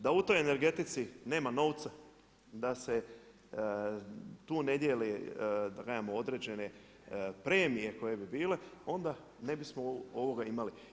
Da u toj energetici nema novca, da se tu ne dijeli kažem određene premije koje bi bile, onda ne bismo ovoga imali.